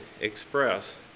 express